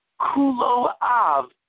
Kuloav